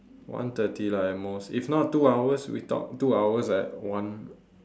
one thirty lah at most if not two hours we talk two hours like one